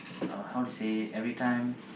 uh how to say every time